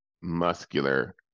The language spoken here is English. muscular